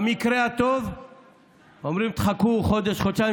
במקרה הטוב אומרים: תחכו חודש-חודשיים,